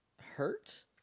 hurt